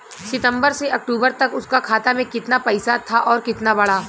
सितंबर से अक्टूबर तक उसका खाता में कीतना पेसा था और कीतना बड़ा?